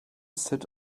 sit